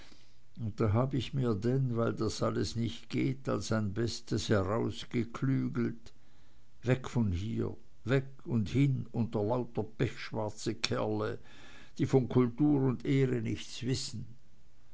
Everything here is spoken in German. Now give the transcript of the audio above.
und da hab ich mir denn weil das alles nicht geht als ein bestes herausgeklügelt weg von hier weg und hin unter lauter pechschwarze kerle die von kultur und ehre nichts wissen